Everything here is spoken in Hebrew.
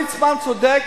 ליצמן צודק,